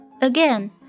Again